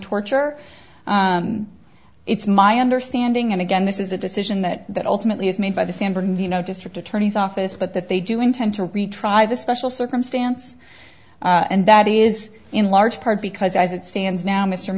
torture it's my understanding and again this is a decision that that ultimately is made by the san bernardino district attorney's office but that they do intend to retry the special circumstance and that is in large part because as it stands now m